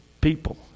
people